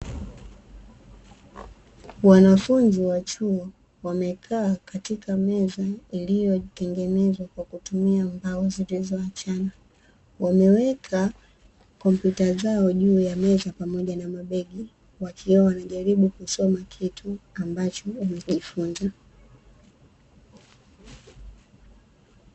Wanafunzi wa chuo wamekaa katika meza iliyo tengenezwa kwa kutumia mbao zilizo achana, wameweka kompyuta zao juu ya meza pamoja na mabegi wakiwa wanajaribu kusoma kitu ambacho wamejifunza.